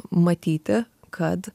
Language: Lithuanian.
matyti kad